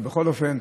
בכל אופן,